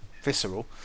visceral